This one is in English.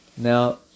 Now